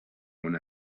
una